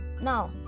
now